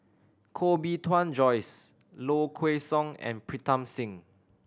Koh Bee Tuan Joyce Low Kway Song and Pritam Singh